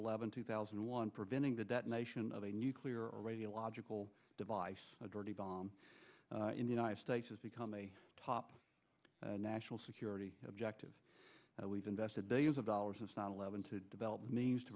eleventh two thousand and one preventing the detonation of a nuclear or radiological device a dirty bomb in the united states has become a top national security objective that we've invested billions of dollars has not eleven to develop means to